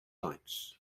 sites